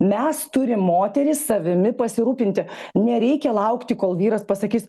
mes turim moterys savimi pasirūpinti nereikia laukti kol vyras pasakys